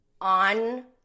on